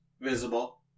visible